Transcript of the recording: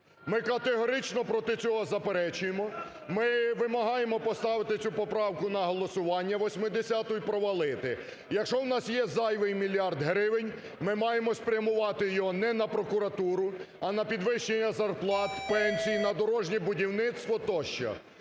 Ми категорично проти цього заперечуємо, ми вимагаємо поставити цю поправку на голосування, 80-у, і провалити. Якщо в нас є зайвий мільярд гривень, ми маємо спрямувати його не на прокуратуру, а на підвищення зарплат, пенсій, на дорожнє будівництво тощо.